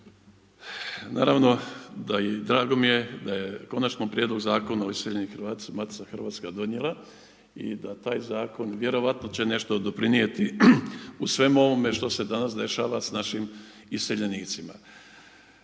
Naravno i drago mi je da je Konačni prijedlog zakona o iseljenim … Matica hrvatska donijela i da taj zakon vjerojatno će nešto doprinijeti u svemu ovome što se danas dešava s našim iseljenicima.